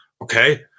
okay